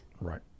Right